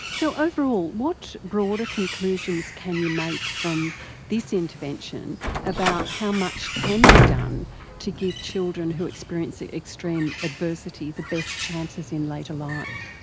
so overall what broader conclusions can you make from this intervention about how much can be done to give children who experience extreme adversity the best chances in later life?